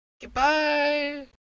Goodbye